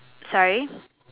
sorry